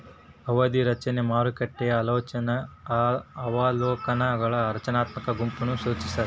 ಅವಧಿಯ ರಚನೆ ಮಾರುಕಟ್ಟೆಯ ಅವಲೋಕನಗಳ ರಚನಾತ್ಮಕ ಗುಂಪನ್ನ ಸೂಚಿಸ್ತಾದ